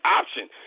option